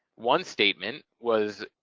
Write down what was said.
one statement was,